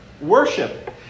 worship